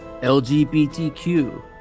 LGBTQ